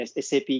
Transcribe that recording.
SAP